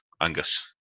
Angus